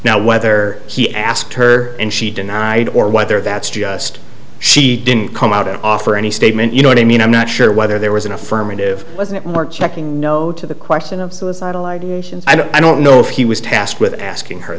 now whether he asked her and she denied or whether that's just she didn't come out and offer any statement you know i mean i'm not sure whether there was an affirmative doesn't work checking no to the question of suicidal ideations i don't know if he was tasked with asking her